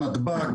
נתב"ג,